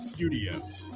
Studios